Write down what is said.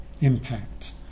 impact